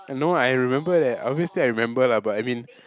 and no I remember that obviously I remember lah but I mean